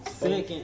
Second